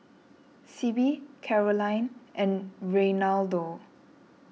Sibbie Caroline and Reinaldo